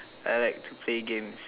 I like to play games